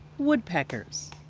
woodpeckers,